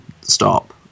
stop